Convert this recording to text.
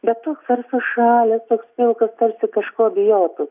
bet toks ar sušalęs toks pilkas tarsi kažko bijotų